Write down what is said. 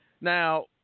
Now